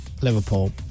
Liverpool